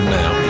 now